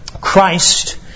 Christ